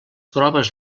proves